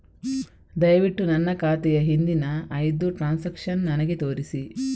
ದಯವಿಟ್ಟು ನನ್ನ ಖಾತೆಯ ಹಿಂದಿನ ಐದು ಟ್ರಾನ್ಸಾಕ್ಷನ್ಸ್ ನನಗೆ ತೋರಿಸಿ